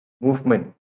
movement